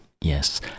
yes